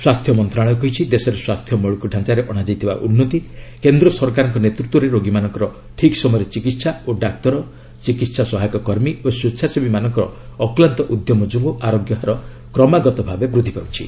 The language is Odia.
ସ୍ୱାସ୍ଥ୍ୟ ମନ୍ତ୍ରଣାଳୟ କହିଛି ଦେଶରେ ସ୍ୱାସ୍ଥ୍ୟ ମୌଳିକଢାଞାରେ ଅଣାଯାଇଥିବା ଉନ୍ନତି କେନ୍ଦ୍ର ସରକାରଙ୍କ ନେତୃତ୍ୱରେ ରୋଗୀମାନଙ୍କର ଠିକ୍ ସମୟରେ ଚିକିତ୍ସା ଓ ଡାକ୍ତର ଚିକିହା ସହାୟକ କର୍ମୀ ଓ ସ୍ୱେଚ୍ଛାସେବୀମାନଙ୍କ ଅକ୍କାନ୍ତ ଉଦ୍ୟମ ଯୋଗୁଁ ଆରୋଗ୍ୟ ହାର କ୍ରମାଗତଭାବେ ବୃଦ୍ଧି ପାଉଛି